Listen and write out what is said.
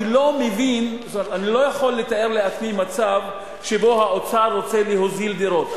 אני לא יכול לתאר לעצמי מצב שבו האוצר רוצה להוזיל דירות.